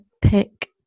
pick